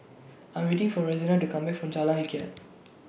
I'm waiting For Rosena to Come Back from Jalan